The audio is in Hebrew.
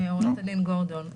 עורכת הדין גורדון.